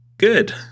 good